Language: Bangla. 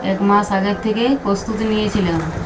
এক মাস আগের থেকে প্রস্তুতি নিয়েছিলাম